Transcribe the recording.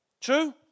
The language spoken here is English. True